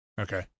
Okay